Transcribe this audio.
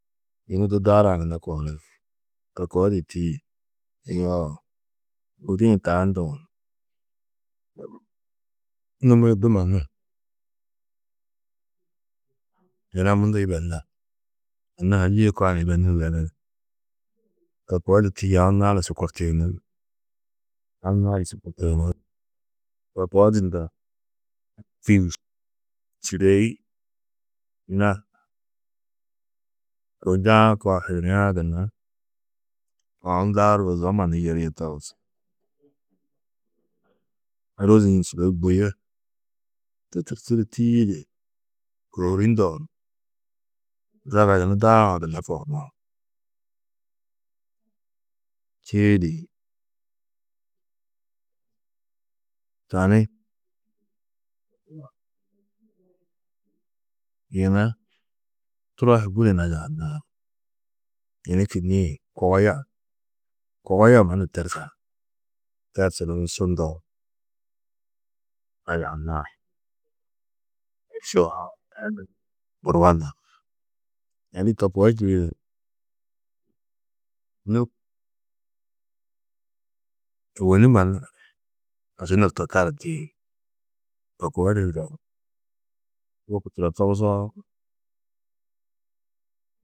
Yunu du daarã gunna kohuri to koo di tîyi. Yoo gudi-ĩ taa ndo, numi-ĩ du mannu yina mundu yibenar. Anna-ã ha yîe kaa ni yibenuru yibe, to koo di tîyi aũ naani šukurtiyini, aũ naani šukurtiyini. To koo di ndo sûgoi yina kunjaa kaa, yinia-ã gunna aũ daaroo zo mannu yerîe togus. Ôrozi-ĩ sûgoi buyi to tûrtu du tîyiidi kohirî ndo zaga yunu daarã gunna čîidi tani yina turo hi budi najahanaar. Yunu kînniĩ kogoya, kogoya mannu tersar. Tersuru ni su ndoo najahanaar, burwanar. Yunu to koo čîidi nû ôwonni mannu aši nur to taru tîyi. To koo di ndo, wôku turo togusoo.